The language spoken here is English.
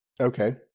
Okay